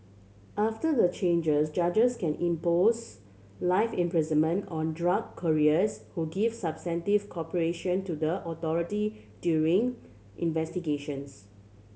after the changes judges can impose life imprisonment on drug couriers who give substantive cooperation to the authority during investigations